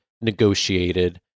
negotiated